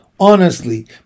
Honestly